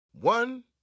One